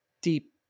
deep